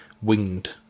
winged